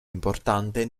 importante